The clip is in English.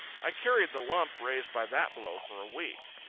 i carried the lump raised by that blow for a week.